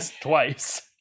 twice